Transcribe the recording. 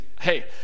hey